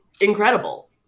incredible